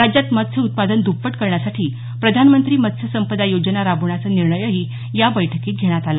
राज्यात मत्स्य उत्पादन दप्पट करण्यासाठी प्रधानमंत्री मत्स्य संपदा योजना राबवण्याचा निर्णयही या बैठकीत घेण्यात आला